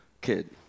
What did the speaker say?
kid